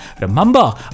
Remember